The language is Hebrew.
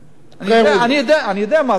אני יודע מה זה pre rulling,